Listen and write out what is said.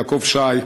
יעקב שי,